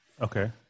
Okay